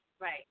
Right